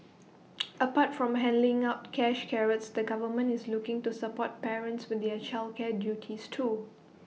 apart from handing out cash carrots the government is looking to support parents with their childcare duties too